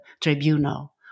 tribunal